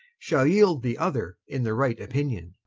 shall yeeld the other in the right opinion